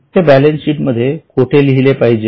ते balance sheet मध्ये कोठे लिहले पाहिजे